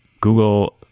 Google